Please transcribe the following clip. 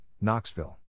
Knoxville